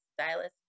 stylist